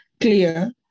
clear